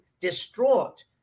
distraught